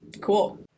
Cool